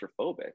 claustrophobic